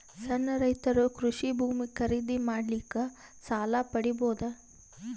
ಸಣ್ಣ ರೈತರು ಕೃಷಿ ಭೂಮಿ ಖರೀದಿ ಮಾಡ್ಲಿಕ್ಕ ಸಾಲ ಪಡಿಬೋದ?